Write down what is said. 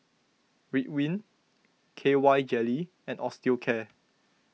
Ridwind K Y Jelly and Osteocare